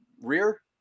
rear